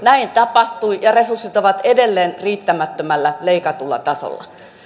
näin tapahtui ja resurssit ovat edelleen riittämättömällä leikatulla tasolla